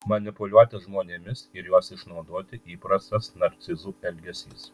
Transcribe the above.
manipuliuoti žmonėmis ir juos išnaudoti įprastas narcizų elgesys